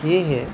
সেয়েহে